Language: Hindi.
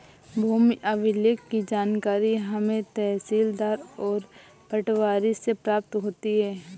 भूमि अभिलेख की जानकारी हमें तहसीलदार और पटवारी से प्राप्त होती है